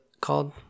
called